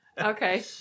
Okay